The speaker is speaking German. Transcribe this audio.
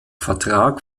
vertrag